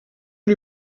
lui